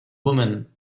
woman